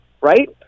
right